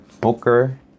Booker